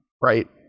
right